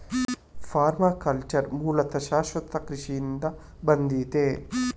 permaculture ಮೂಲತಃ ಶಾಶ್ವತ ಕೃಷಿಯಿಂದ ಬಂದಿದೆ